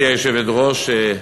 גברתי היושבת-ראש,